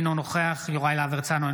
אינו נוכח יוראי להב הרצנו,